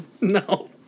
No